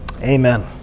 Amen